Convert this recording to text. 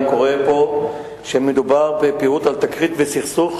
אני קורא פה שמדובר על תקרית וסכסוך